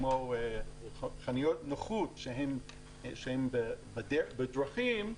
שהן בדרכים,